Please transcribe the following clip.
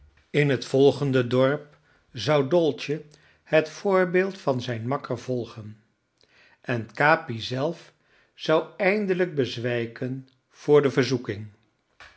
in het volgende dorp zou dolce het voorbeeld van zijn makker volgen en capi zelf zou eindelijk bezwijken voor de verzoeking